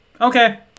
Okay